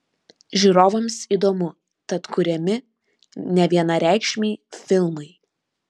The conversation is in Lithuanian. žiūrovams įdomu tad kuriami nevienareikšmiai filmai